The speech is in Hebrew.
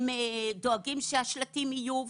הם דואגים שהשלטים יהיו.